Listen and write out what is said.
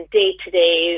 day-to-day